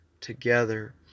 together